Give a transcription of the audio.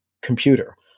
computer